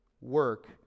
work